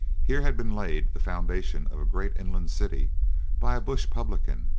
here had been laid the foundation of a great inland city by a bush publican,